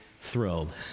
thrilled